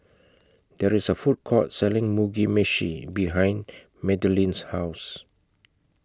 There IS A Food Court Selling Mugi Meshi behind Madilynn's House